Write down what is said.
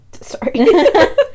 Sorry